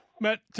Matt